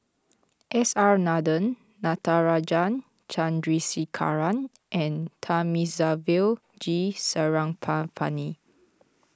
S R Nathan Natarajan Chandrasekaran and Thamizhavel G Sarangapani